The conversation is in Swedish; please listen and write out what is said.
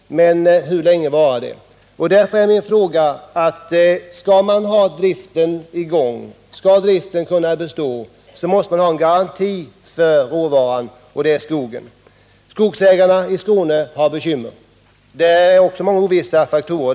Men hur länge varar det? — Jag vill framhålla att om man skall hålla driften i gång måste det finnas en garanti om tillgång till råvaran, dvs. skogen. Skogsägarna i Skåne har bekymmer, och även där finns många ovissa faktorer.